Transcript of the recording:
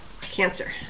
Cancer